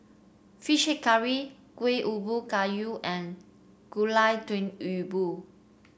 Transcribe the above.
fish head curry Kueh Ubi Kayu and Gulai Daun Ubi